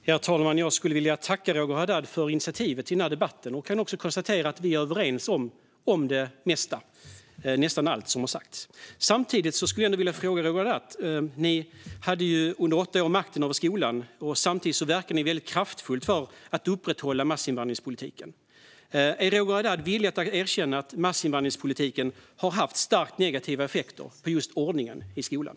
Herr talman! Jag vill tacka Roger Haddad för initiativet till den här debatten. Jag kan konstatera att vi är överens om det mesta, nästan allt som har sagts. Jag vill ställa en fråga till Roger Haddad. Ni hade under åtta år makten över skolan. Samtidigt verkade ni kraftfullt för att upprätthålla massinvandringspolitiken. Är Roger Haddad villig att erkänna att massinvandringspolitiken har haft starkt negativa effekter på just ordningen i skolan?